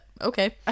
Okay